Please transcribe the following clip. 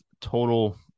total